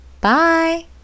Bye